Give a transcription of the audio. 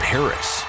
Paris